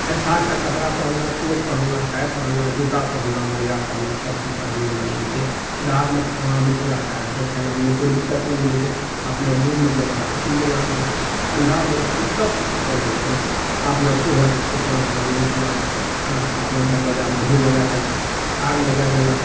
अच्छा अच्छा कपड़ा पहनना कोट पहनना टाई पहनना जूता पहनना मोजा पहनना सब चीज पहनना माने की रातमे खाना भी पूरा टाइटसँ खाना मने कोनो दिक्कत नहि छै अपना रूममे गेना सूति गेना ठण्डा मौसम सबसँ सूपर मौसम छै अपना सुबह उठना भोरे उठना अपना दरवज्जापर घूर लगा देना आगि लगा देना